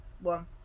one